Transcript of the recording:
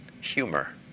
humor